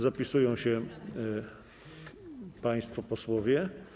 Zapisują się państwo posłowie.